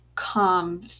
calm